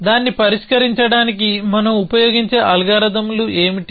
దాన్ని పరిష్కరించడానికి మనం ఉపయోగించే అల్గారిథమ్లు ఏమిటి